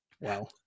Wow